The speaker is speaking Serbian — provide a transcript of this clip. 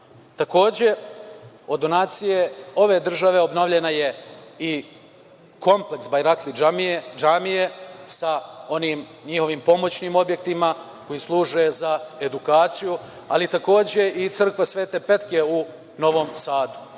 Takođe, od donacije ove države obnovljena je i kompleks Bajrakli džamije sa njihovim pomoćnim objektima koji služe za edukaciju, ali takođe i crkva Svete Petke u Novom Sadu. Mi